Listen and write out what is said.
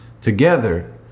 Together